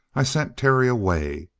i sent terry away.